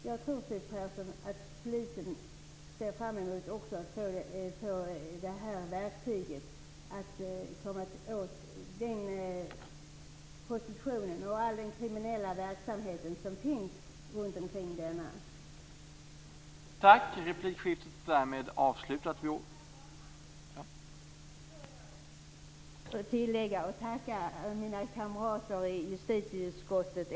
Jag tror faktiskt, Siw Persson, att också polisen ser fram emot att få ett sådant här verktyg så att man kan komma åt prostitutionen och all den kriminella verksamhet som finns runt denna. Herr talman! Eftersom det är min sista debatt här i kammaren skulle jag vilja tacka mina kamrater i justitieutskottet.